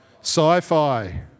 Sci-fi